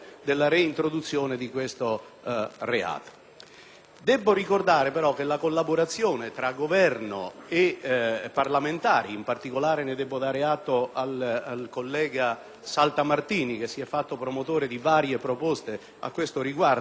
Debbo ricordare però che la collaborazione tra Governo e parlamentari (in particolare ne debbo dare atto al collega Saltamartini che si è fatto promotore di varie proposte al riguardo, poi vi sono stati alcuni miei modesti interventi in Commissione